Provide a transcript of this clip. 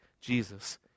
Jesus